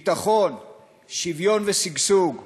ביטחון, שוויון ושגשוג,